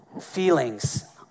Feelings